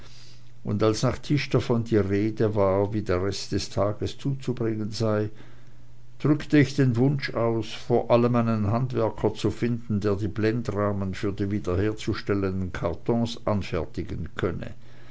und als nach tisch davon die rede war wie der rest des tages zuzubringen sei drückte ich den wunsch aus vor allem einen handwerker zu finden der die blendrahmen für die wiederherzustellenden kartons anfertigen könne